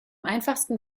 einfachsten